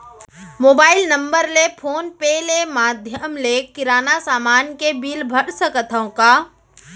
Mobile number ले PhonePe ले माधयम ले किराना समान के बिल भर सकथव का?